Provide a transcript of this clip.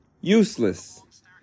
Useless